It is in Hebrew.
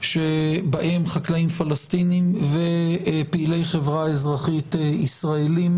שבהם חקלאים פלסטינים ופעילי חברה אזרחית ישראלים,